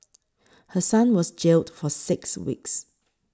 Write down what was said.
her son was jailed for six weeks